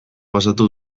pasatu